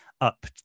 up